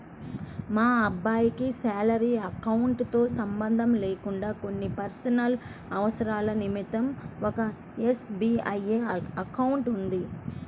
మా అబ్బాయికి salary account తో సంబంధం లేకుండా కొన్ని పర్సనల్ అవసరాల నిమిత్తం ఒక ఎస్.బీ.ఐ అకౌంట్ ఉంది